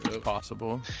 Possible